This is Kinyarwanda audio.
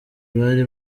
bari